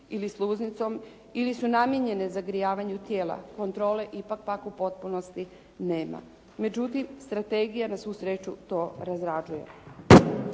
ili sluznicom, ili su namijenjene zagrijavanju tijela. Kontrole ipak pak u potpunosti nema. Međutim, strategija na svu sreću to razrađuje.